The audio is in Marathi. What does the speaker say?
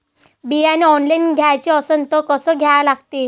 बियाने ऑनलाइन घ्याचे असन त कसं घ्या लागते?